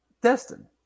Destin